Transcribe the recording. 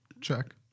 check